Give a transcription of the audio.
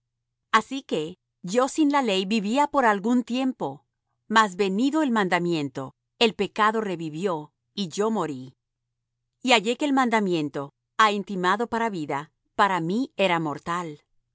así que yo sin la ley vivía por algún tiempo mas venido el mandamiento el pecado revivió y yo morí y hallé que el mandamiento á intimado para vida para mí era mortal